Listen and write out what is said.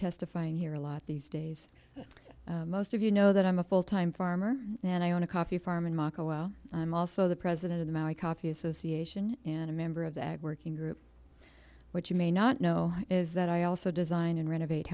testifying here a lot these days most of you know that i'm a full time farmer and i own a coffee farm in moscow while i'm also the president of the maori coffee association and a member of the ag working group which you may not know is that i also design and renovate